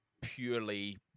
purely